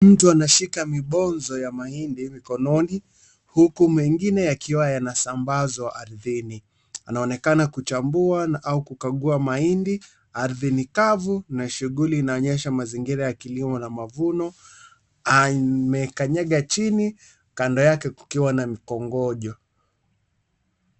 Mtu anashika mibonzo ya mahindi mikononi, huku mengine yakiwa yanasambazwa arthini. Anaonekana kuchambua au kuchagua mahindi, arthini kavu na shughuli inaonyesha mazingira ya kilimo na mavuno. Amekanyaga chini, kando yake kukiwa na mkongojo.